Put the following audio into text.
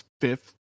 fifth